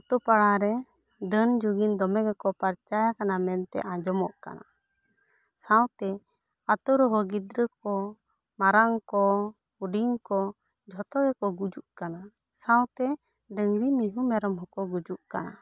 ᱟᱹᱛᱩ ᱯᱟᱲᱟ ᱨᱮ ᱰᱟᱹᱱ ᱡᱩᱜᱤᱱ ᱫᱚᱢᱮ ᱜᱮᱠᱚ ᱯᱟᱨᱪᱟᱣ ᱟᱠᱟᱱᱟ ᱢᱮᱱᱛᱮ ᱟᱸᱡᱚᱢᱚᱜ ᱠᱟᱱᱟ ᱥᱟᱶᱛᱮ ᱟᱹᱛᱩ ᱨᱮ ᱜᱤᱫᱽᱨᱟᱹ ᱠᱚ ᱢᱟᱨᱟᱝ ᱠᱚ ᱦᱩᱰᱤᱧ ᱠᱚ ᱡᱷᱚᱛᱚ ᱜᱮᱠᱚ ᱜᱩᱡᱩᱜ ᱠᱟᱱᱟ ᱥᱟᱶᱛᱮ ᱰᱟᱝᱜᱽᱨᱤ ᱢᱤᱦᱩᱸ ᱢᱮᱨᱚᱢ ᱦᱚᱸᱠᱚ ᱜᱩᱡᱩᱜ ᱠᱟᱱᱟ